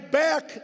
back